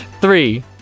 three